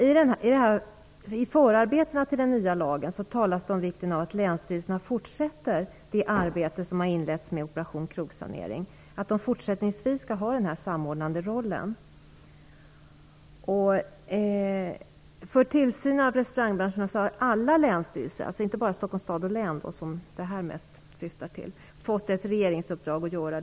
I förarbetena till den nya lagen talas det om vikten av att länsstyrelserna fortsätter det arbete som inletts i och med Operation krogsanering. De skall fortsättningsvis ha en samordnande roll. Tillsynen av restaurangbranschen har alla länsstyrelser - alltså inte bara Stockholms stad och Stockholms län, som det här mest syftar på - fått regeringens uppdrag att göra.